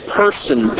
person